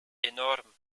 enorm